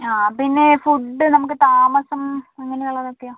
ആ പിന്നെ ഫുഡ് നമുക്ക് താമസം അങ്ങനെ ഉള്ളതൊക്കെയോ